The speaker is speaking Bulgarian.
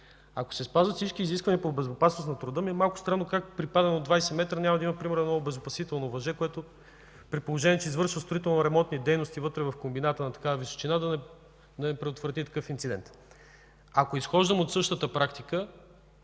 Ако се спазват всички изисквания по безопасност на труда ми е малко странно как при падане от 20 метра няма да има примерно едно обезопасително въже, което, при положение че извършва строително-ремонтни дейности вътре в комбината на такава височина, да не предотврати такъв инцидент. Ако изхождаме от същата практика,